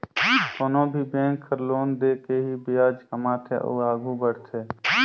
कोनो भी बेंक हर लोन दे के ही बियाज कमाथे अउ आघु बड़थे